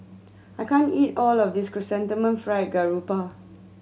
I can't eat all of this Chrysanthemum Fried Garoupa